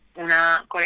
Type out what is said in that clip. una